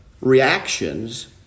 reactions